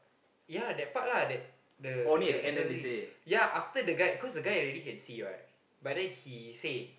ya that part lah that the the exorcist ya after the guy cause the guy already can see what but then he say